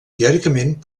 teòricament